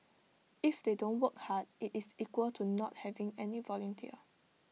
if they don't work hard IT is equal to not having any volunteer